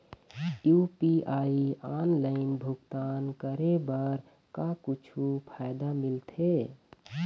UPI online भुगतान करे बर का कुछू फायदा मिलथे?